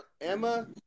Emma